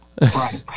Right